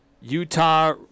Utah